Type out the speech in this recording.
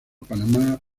panamá